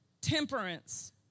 temperance